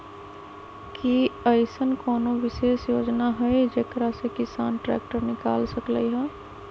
कि अईसन कोनो विशेष योजना हई जेकरा से किसान ट्रैक्टर निकाल सकलई ह?